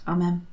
Amen